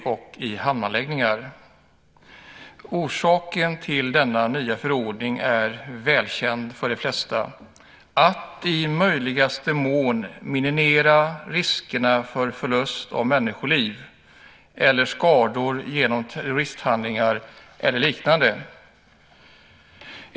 Fru talman! I detta betänkande behandlar vi en ny EG-förordning om förbättrat sjöfartsskydd på fartyg och i hamnanläggningar. Orsaken till denna nya förordning är välkänd för de flesta. Det handlar om att i möjligaste mån minimera riskerna för förlust av människoliv eller skador genom terroristhandlingar eller liknande.